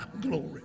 Glory